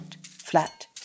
flat